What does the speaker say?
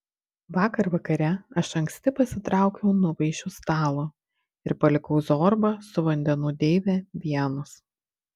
vakar vakare aš anksti pasitraukiau nuo vaišių stalo ir palikau zorbą su vandenų deive vienus